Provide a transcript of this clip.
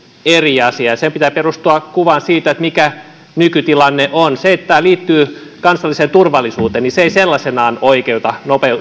eri asia ja sen pitää perustua kuvaan siitä mikä nykytilanne on se että tämä liittyy kansalliseen turvallisuuteen ei sellaisenaan oikeuta